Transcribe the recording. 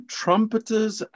trumpeters